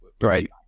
Right